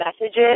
messages